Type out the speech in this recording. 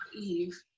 eve